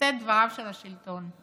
עושי דבריו של השלטון.